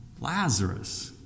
Lazarus